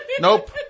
Nope